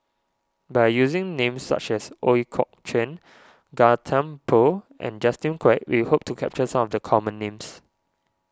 by using names such as Ooi Kok Chuen Gan Thiam Poh and Justin Quek we hope to capture some of the common names